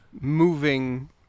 moving